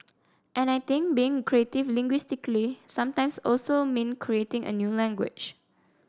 and I think being creative linguistically sometimes also mean creating a new language